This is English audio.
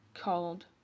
called